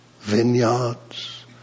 vineyards